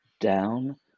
down